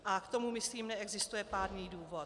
A k tomu, myslím, neexistuje pádný důvod.